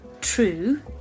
True